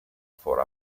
for